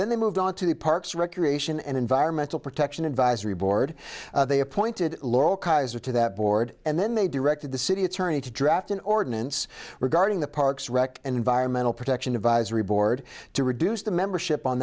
then they moved on to the parks recreation and environmental protection advisory board they appointed laurel kaiser to that board and then they directed the city attorney to draft an ordinance regarding the parks rec and environmental protection advisory board to reduce the membership on